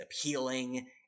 appealing